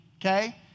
okay